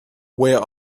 where